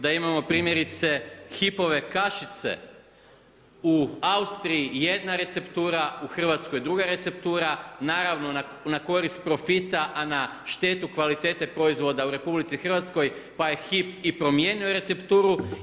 Da imamo primjerice Hypove kašice u Austriji jedna receptura, u Hrvatskoj druga receptura naravno na korist profita a na štetu kvalitete proizvoda u RH pa je Hyp i promijenio recepturu.